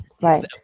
Right